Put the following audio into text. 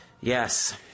Yes